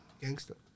Gangster